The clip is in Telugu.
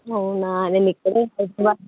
అవునా నేను ఇక్కడ సెట్